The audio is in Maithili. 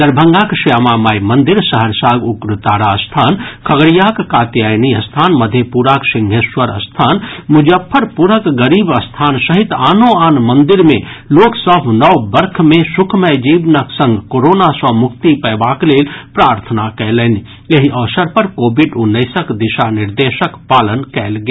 दरभंगाक श्यामा माई मंदिर सहरसाक उग्रतारा स्थान खगड़ियाक कात्यायनी स्थान मधेपुराक सिंहेश्वर स्थान मुजफ्फरपुरक गरीब स्थान सहित आनो आन मंदिर मे लोक सभ नव वर्ष मे सुखमय जीवनक संग कोरोना सँ मुक्ति पयबाक लेल प्रार्थना कयलनि एहि अवसर पर कोविड उन्नैसक दिशा निर्देशक पालन कयल गेल